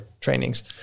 trainings